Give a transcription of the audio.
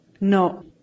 No